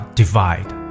divide